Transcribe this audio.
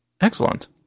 Excellent